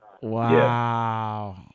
wow